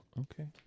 Okay